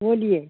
बोलिए